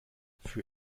für